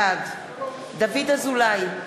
בעד דוד אזולאי,